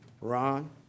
Ron